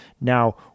Now